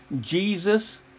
Jesus